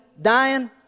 dying